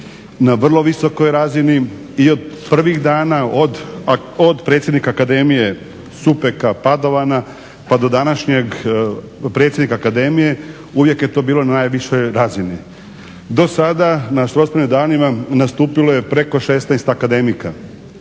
na vrlo visokoj razini i od prvih dana, od predsjednika akademije Supeka Padovina pa do današnjeg predsjednika akademije. Uvijek je to bilo na najvišoj razini. Do sada na Strossmayerovim danima nastupilo je preko 16 akademika.